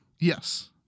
Yes